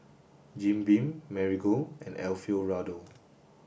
Jim Beam Marigold and Alfio Raldo